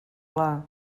clar